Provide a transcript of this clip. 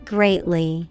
Greatly